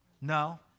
No